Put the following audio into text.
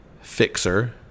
Fixer